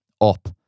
up